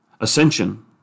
Ascension